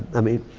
i mean,